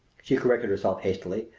she corrected herself hastily.